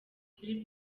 kuri